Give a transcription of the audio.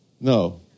No